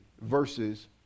versus